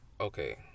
okay